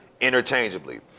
interchangeably